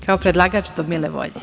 Kao predlagač do mile volje.